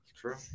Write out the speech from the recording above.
True